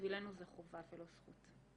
ובשבילנו זו חובה, זו לא זכות.